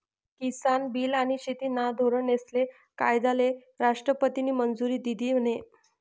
किसान bill आनी शेतीना धोरनेस्ले कायदाले राष्ट्रपतीनी मंजुरी दिधी म्हने?